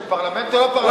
זה פרלמנט או לא פרלמנט?